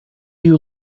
you